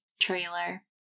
trailer